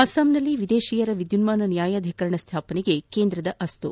ಅಸ್ಸಾಂನಲ್ಲಿ ವಿದೇಶಿಯರ ವಿದ್ಯುನ್ನಾನ ನ್ವಾಯಾಧೀಕರಣ ಸ್ಥಾಪನೆಗೆ ಕೇಂದ್ರದ ಅಸ್ತು